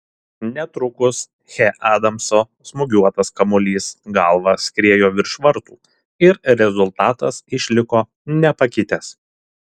netrukus che adamso smūgiuotas kamuolys galva skriejo virš vartų ir rezultatas išliko nepakitęs